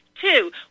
Two